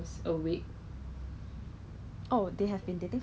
我拿到一个 orange colour string 的